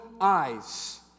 eyes